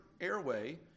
airway